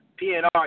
PNR